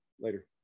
Later